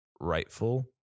rightful